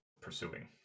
pursuing